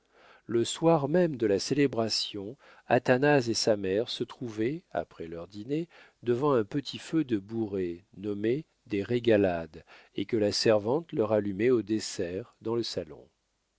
le soir même de la célébration athanase et sa mère se trouvaient après leur dîner devant un petit feu de bourrées nommées des régalades et que la servante leur allumait au dessert dans le salon